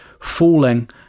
falling